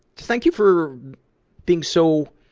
thank you for being so